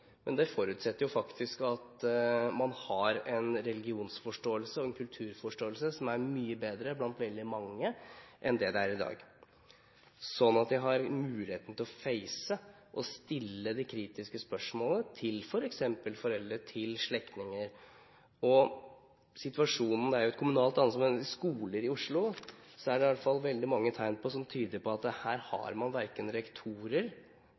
Men det forutsetter at man har en religionsforståelse og en kulturforståelse som er mye bedre enn den er i dag hos veldig mange, sånn at de har muligheten til å «face» og stille de kritiske spørsmålene til f.eks. foreldre og slektninger. Situasjonen er et kommunalt ansvar. I skoler i Oslo er det i hvert fall veldig mange tegn som tyder på at det ikke er alle rektorer